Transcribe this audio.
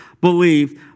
believed